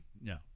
no